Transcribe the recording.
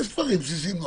יש דברים בסיסיים.